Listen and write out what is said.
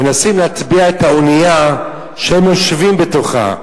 מנסים להטביע את האונייה שהם יושבים בתוכה.